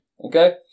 Okay